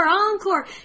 Encore